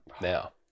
now